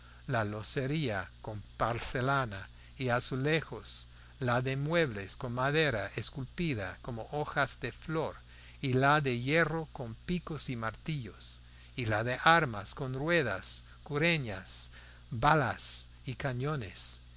la locería con porcelana y azulejos la de muebles con madera esculpida como hojas de flor y la de hierro con picos y martillos y la de armas con ruedas cureñas balas y cañones